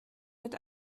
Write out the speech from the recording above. mit